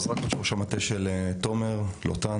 אני ראש המטה של תומר לוטן,